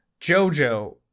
jojo